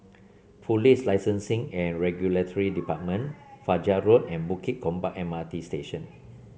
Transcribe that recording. Police Licensing and Regulatory Department Fajar Road and Bukit Gombak M R T Station